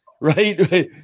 right